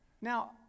Now